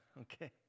Okay